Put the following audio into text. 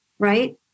right